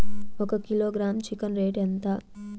ఒక kilogram chicken rate ఎంత?